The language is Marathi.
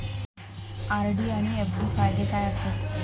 आर.डी आनि एफ.डी फायदे काय आसात?